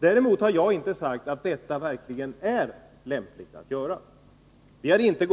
Däremot har jag inte sagt att detta verkligen är lämpligt. Vi har inte